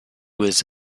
was